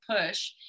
push